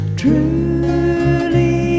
truly